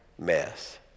mess